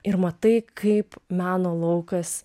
ir matai kaip meno laukas